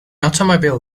automobile